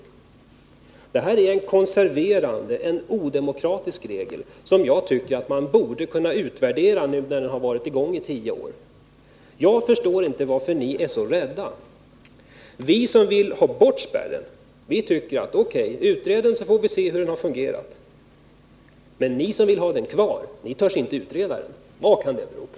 4-procentsspärren är en konserverande och odemokratisk regel, som jag tycker att man borde kunna utvärdera nu när den har tillämpats i tio år. Jag förstår inte varför ni är så rädda. Vi som vill ha bort den här spärregeln säger: Utred den, så får vi se hur den har fungerat! Men ni som vill ha den kvar törs inte utreda den. Vad kan det bero på?